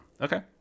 Okay